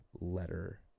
letter